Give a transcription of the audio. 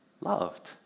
loved